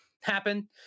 happen